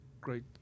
great